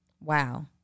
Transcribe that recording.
Wow